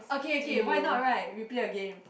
okay okay why not right we play a game